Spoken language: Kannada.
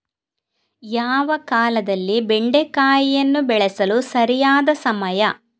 ಯಾವ ಕಾಲದಲ್ಲಿ ಬೆಂಡೆಕಾಯಿಯನ್ನು ಬೆಳೆಸಲು ಸರಿಯಾದ ಸಮಯ?